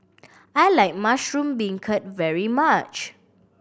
I like mushroom beancurd very much